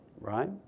right